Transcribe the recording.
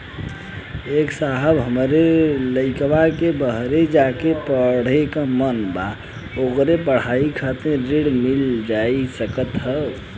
ए साहब हमरे लईकवा के बहरे जाके पढ़े क मन बा ओके पढ़ाई करे खातिर ऋण मिल जा सकत ह?